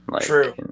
True